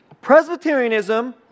Presbyterianism